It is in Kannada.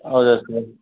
ಹೌದ ಸರ್